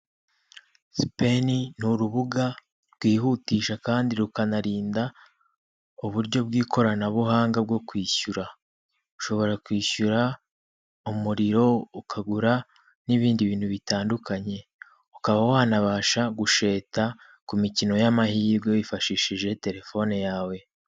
Sipeni ni urubuga rwihutisha kandi rukanarinda uburyo bw'ikoranabuhanga bwo kwishyura. Ushobora kwishyura umuriro ukagura n'ibindi bintu bitandukanye, ukaba wanabasha gusheta ku mikino y'amahirwe wifashishije telefone yawe.